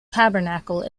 tabernacle